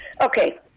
Okay